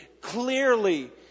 clearly